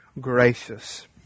gracious